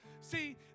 See